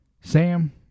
Sam